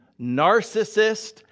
narcissist